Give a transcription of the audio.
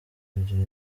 kugira